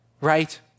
right